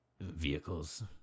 vehicles